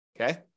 okay